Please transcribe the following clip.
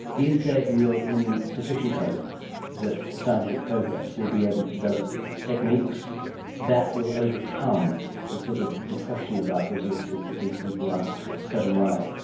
is there, in your opinion, sufficient hope that scientific progress will be able to develop techniques that will overcome the sort of depression about resources that these people are spreading wide?